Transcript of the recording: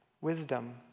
wisdom